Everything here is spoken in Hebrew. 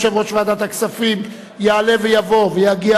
יושב-ראש ועדת הכספים יעלה ויבוא ויגיע